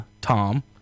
Tom